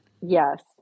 yes